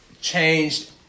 changed